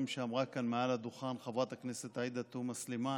שאמרה כאן מעל הדוכן חברת הכנסת עאידה תומא סלימאן,